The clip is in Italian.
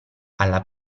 alla